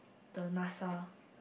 the Nasa